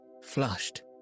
flushed